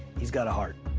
he's got a heart.